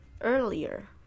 earlier